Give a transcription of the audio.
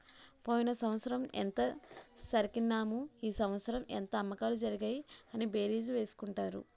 పోయిన సంవత్సరం ఎంత సరికన్నాము ఈ సంవత్సరం ఎంత అమ్మకాలు జరిగాయి అని బేరీజు వేసుకుంటారు